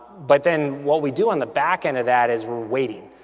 but then what we do on the backend of that is we're waiting.